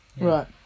Right